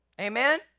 Amen